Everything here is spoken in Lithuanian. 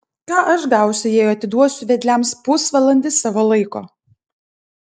ką aš gausiu jei atiduosiu vedliams pusvalandį savo laiko